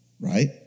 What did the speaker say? Right